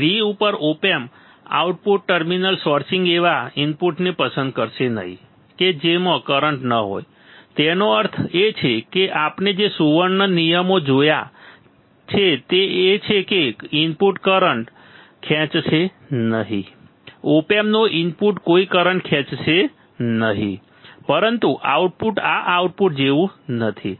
V ઉપર op amp output terminal sourcing એવા ઇનપુટ્સને પસંદ કરશે નહીં કે જેમાં કરંટ ન હોય તેનો અર્થ એ છે કે આપણે જે સુવર્ણ નિયમો જોયા છે તે એ છે કે ઇનપુટ કોઈ કરંટ ખેંચશે નહીં ઓપ એમ્પનો ઇનપુટ કોઈ કરંટ ખેંચશે નહીં પરંતુ આઉટપુટ આ આઉટપુટ જેવું નથી